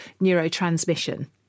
neurotransmission